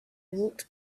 walked